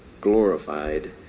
glorified